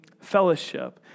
fellowship